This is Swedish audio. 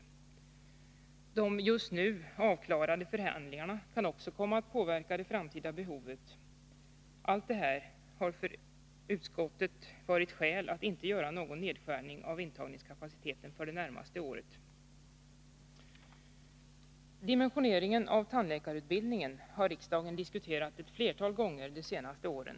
De just avklarade förhandlingarna kan också komma att påverka det framtida behovet. Allt detta är för utskottet skäl att inte göra någon nedskärning av intagningskapaciteten det närmaste året. Dimensioneringen av tandläkarutbildningen har riksdagen diskuterat flera gånger de senaste åren.